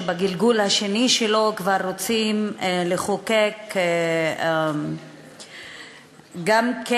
שבגלגול השני שלו כבר רוצים לחוקק גם את